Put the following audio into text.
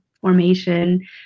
formation